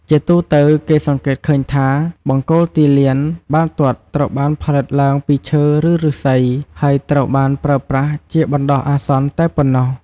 ជាទូទៅ គេសង្កេតឃើញថា បង្គោលទីលានបាល់ទាត់ត្រូវបានផលិតឡើងពីឈើ ឬឫស្សី ហើយត្រូវបានប្រើប្រាស់ជាបណ្ដោះអាសន្នតែប៉ុណ្ណោះ។